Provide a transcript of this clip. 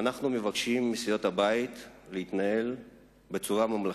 ואנחנו מבקשים מסיעות הבית להתנהל בצורה ממלכתית.